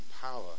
power